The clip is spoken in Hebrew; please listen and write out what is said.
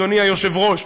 אדוני היושב-ראש,